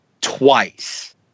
Twice